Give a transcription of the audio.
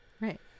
Right